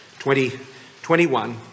2021